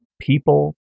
people—